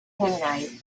canonized